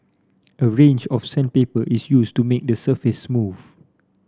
a range of sandpaper is used to make the surface smooth